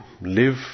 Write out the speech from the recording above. live